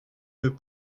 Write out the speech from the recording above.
deux